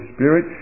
Spirit